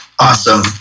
Awesome